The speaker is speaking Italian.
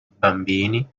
bambini